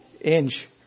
inch